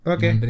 Okay